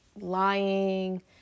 lying